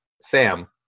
Sam